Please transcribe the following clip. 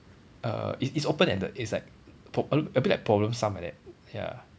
uh it's it's open-ended it's like pro~ a a bit like problem sum like that ya